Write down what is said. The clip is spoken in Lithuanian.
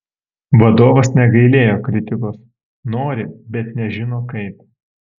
vadovas negailėjo kritikos nori bet nežino kaip